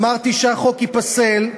אמרתי שהחוק ייפסל,